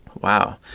Wow